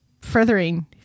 furthering